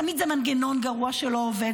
תמיד זה מנגנון גרוע שלא עובד.